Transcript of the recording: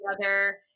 together